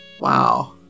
Wow